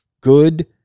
good